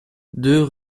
deux